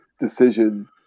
decision